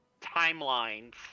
timelines